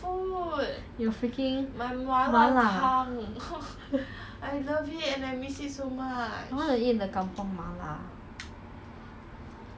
it's not very convenient lor cause school is like 在那边读书 then 顺便吃